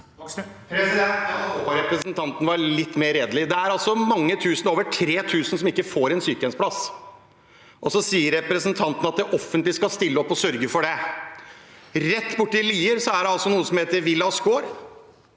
håpet re- presentanten var litt mer redelig. Det er altså mange tusen, over 3 000, som ikke får en sykehjemsplass, og så sier representanten at det offentlige skal stille opp og sørge for det. Rett borti Lier er det noe som heter Villa Skaar,